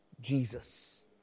Jesus